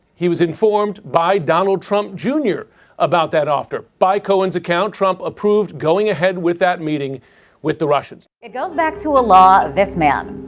he was informed by donald trump jr about that offer, by cohen's account, trump approved going ahead with that meeting with the russians. it goes back to a law, this man,